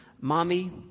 Mommy